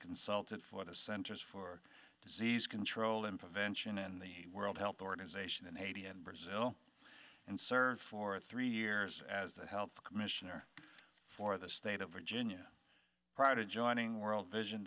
consulted for the centers for disease control and prevention and the world health organization in haiti and brazil and served for three years as the health commissioner for the state of virginia prior to joining world